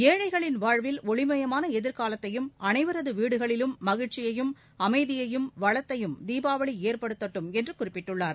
ஏழைகளின் வாழ்வில் ஒளிமயமான எதிர்காலத்தையும் அனைவரது வீடுகளிலும் மகிழ்ச்சியையும் அமைதியையும் வளத்தையும் தீபாவளி ஏற்படுத்தட்டும் என்று குறிப்பிட்டுள்ளார்